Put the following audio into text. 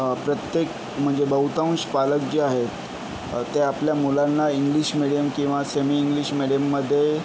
प्रत्येक म्हणजे बहुतांश पालक जे आहेत ते आपल्या मुलांना इंग्लिश मिडीयम किंवा सेमी इंग्लिश मिडीयममध्ये